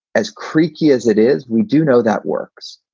as creaky as it is, we do know that works.